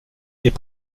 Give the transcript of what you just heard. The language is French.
est